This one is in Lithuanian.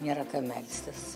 nėra kam melstis